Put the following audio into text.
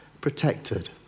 protected